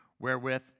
wherewith